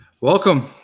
Welcome